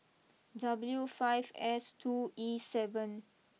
W five S two E seven